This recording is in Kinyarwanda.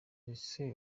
ese